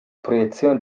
proiezione